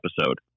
episode